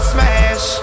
Smash